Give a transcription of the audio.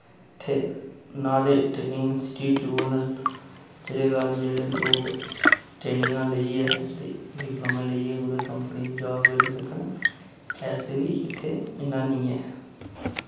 इत्थै ना ते ट्रेनिंग इंस्टिट्यूट न जेह्दे कारण जेह्ड़े लोक ट्रेनिंगां लेइयै ते डिप्लोमे लेइयै कुतै कम्पनी जाब करी सकन ऐसे बी इत्थै इ'न्ना नेईं ऐ